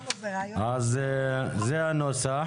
זה הנוסח.